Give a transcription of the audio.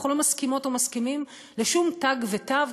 אנחנו לא מסכימות או מסכימים לשום תג ותו,